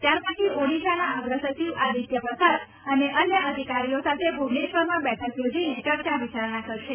ત્યારપછી ઓડિશાના અગ્રસચિવ આદિત્ય પ્રસાદ અને અન્ય અધિકારીઓ સાથે ભ્રવનેશ્વરમાં બેઠક યોજીને ચર્ચા વિચારણા કરશે